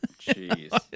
Jeez